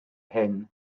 hyn